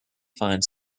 find